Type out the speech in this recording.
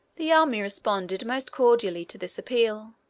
the army responded most cordially to this appeal.